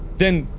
then